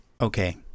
okay